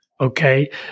Okay